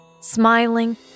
smiling